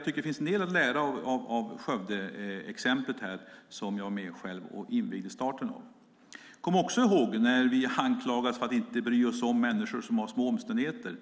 Det finns mer att lära av Skövdeexemplet, som jag själv var med och invigde. Vi anklagas för att inte bry oss om människor som har små omständigheter,